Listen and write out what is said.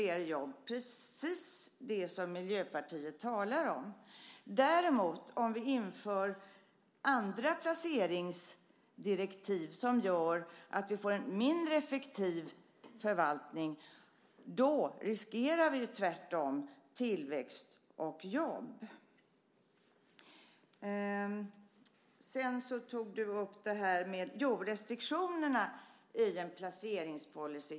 Det är precis det som Miljöpartiet talar om. Om vi däremot inför andra placeringsdirektiv, som gör att vi får en mindre effektiv förvaltning, så riskerar vi tvärtom tillväxt och jobb. Du tog också upp restriktionerna i en placeringspolicy.